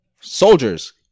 soldiers